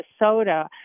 Minnesota